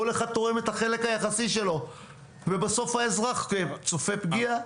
כל אחד תורם את החלק היחסי שלו ובסוף האזרח צופה פגיעה.